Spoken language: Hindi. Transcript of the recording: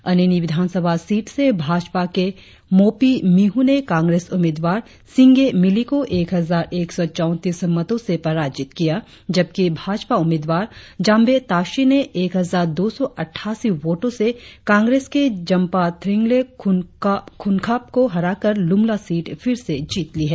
अनिनि विधानसभा सीट से भाजपा के मोपी मिहू ने कांग्रेस उम्मीदवार सिंगे मिली को एक हजार एक सौ चौतीस मतों से पराजित किया जबकि भाजपा उम्मीदवार जाम्बे ताशि ने एक हजार दो सौ अटठासी वोटो से कांग्रेस के जम्पा थ्रीनले कुन्खाप को हराकर लुम्ला सीट फिर से जीत ली है